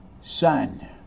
son